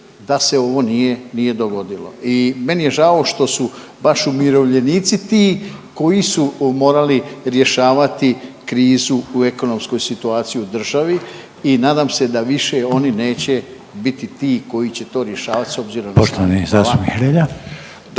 da se ovo nije dogodilo i meni je žao što su baš umirovljenici ti koji su morali rješavati krizu u ekonomskoj situaciji u državi i nadam se da više oni neće biti ti koji će to rješavati, s obzirom .../Govornik